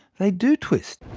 they do twist.